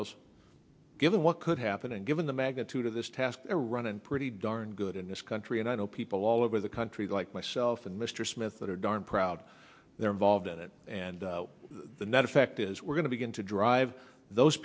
gubernatorial given what could happen and given the magnitude of this task to run and pretty darn good in this country and i know people all over the country like myself and mr smith that are darn proud they're involved in it and the net effect is we're going to begin to drive those